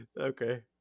Okay